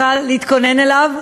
ואני צריכה להתכונן לזה.